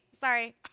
Sorry